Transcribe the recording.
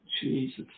jesus